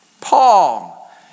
Paul